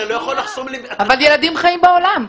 אתה לא יכול לחסום --- אבל ילדים חיים בעולם.